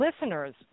listeners